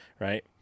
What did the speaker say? Right